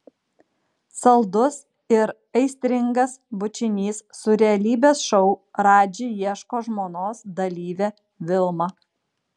saldus ir aistringas bučinys su realybės šou radži ieško žmonos dalyve vilma